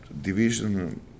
division